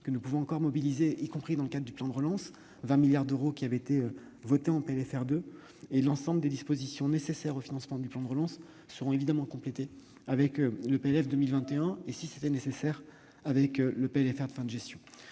que nous pouvons encore mobiliser, y compris dans le cadre du plan de relance, 20 milliards d'euros ayant été votés dans le PLFR 2. L'ensemble des dispositions nécessaires au financement du plan de relance devront évidemment être complétées dans le PLF pour 2021 et, si nécessaire, dans le PLFR de fin de gestion.